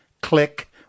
click